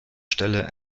stelle